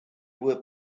were